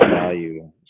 value